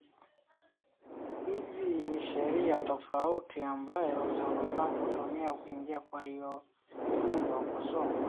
Hizi ni sheria tofauti ambayo unafaa kutumia kuingia kwa hiyo nyumba kusoma.